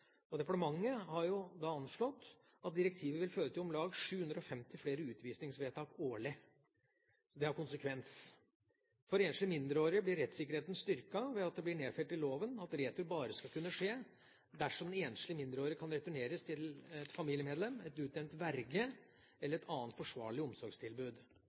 utreisefristen. Departementet har da anslått at direktivet vil føre til om lag 750 flere utvisningsvedtak årlig. Så det har konsekvens. For enslige mindreårige blir rettssikkerheten styrket ved at det blir nedfelt i loven at retur bare skal kunne skje dersom en enslig mindreårig kan returneres til et familiemedlem, en utnevnt verge eller til et annet forsvarlig omsorgstilbud.